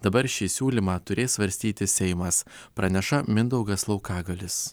dabar šį siūlymą turės svarstyti seimas praneša mindaugas laukagalis